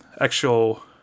actual